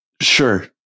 Sure